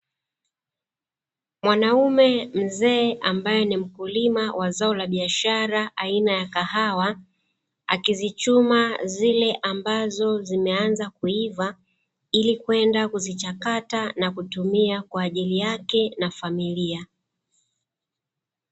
Mwanaume mzee ambae ni mkulima wa zao la biashara aina ya kahawa, akizichuma zile ambazo zimeanza kuiva ili kwenda kuzichakata na kutumia kwa ajili yake na familia.